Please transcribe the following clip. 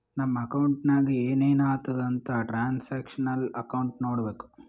ನಮ್ ಅಕೌಂಟ್ನಾಗ್ ಏನೇನು ಆತುದ್ ಅಂತ್ ಟ್ರಾನ್ಸ್ಅಕ್ಷನಲ್ ಅಕೌಂಟ್ ನೋಡ್ಬೇಕು